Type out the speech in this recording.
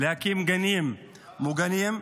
להקים גנים ממוגנים,